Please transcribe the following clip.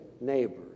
neighbors